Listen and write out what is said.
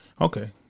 Okay